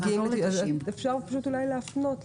אולי אפשר להפנות.